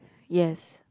yes